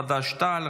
חד"ש-תע"ל,